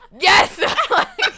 Yes